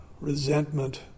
resentment